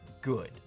good